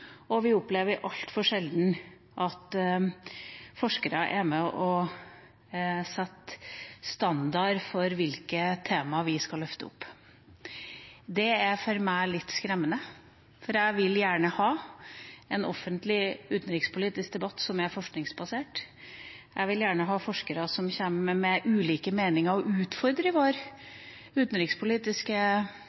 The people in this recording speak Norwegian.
og vi opplever altfor sjelden at forskere er med og setter standarden for hvilke temaer vi skal løfte opp. Det er for meg litt skremmende, for jeg vil gjerne ha en offentlig utenrikspolitisk debatt som er forskningsbasert. Jeg vil gjerne ha forskere som kommer med ulike meninger og utfordrer våre utenrikspolitiske